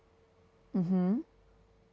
mm hmm